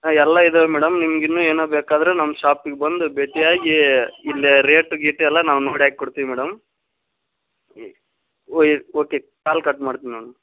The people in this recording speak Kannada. ಹಾಂ ಎಲ್ಲ ಇದ್ದಾವೆ ಮೇಡಮ್ ನಿಮ್ಗೆ ಇನ್ನೂ ಏನೋ ಬೇಕಾದ್ರೆ ನಮ್ಮ ಶಾಪಿಗೆ ಬಂದು ಭೇಟಿಯಾಗಿ ಇಲ್ಲೇ ರೇಟು ಗೀಟು ಎಲ್ಲ ನಾವು ನೋಡಿ ಹಾಕಿ ಕೊಡ್ತೀವಿ ಮೇಡಮ್ ಹ್ಞೂ ಒಯ್ ಓಕೆ ಕಾಲ್ ಕಟ್ ಮಾಡ್ತ್ನಿ ನಾನು